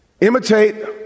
imitate